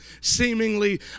seemingly